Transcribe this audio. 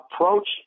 approach